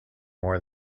more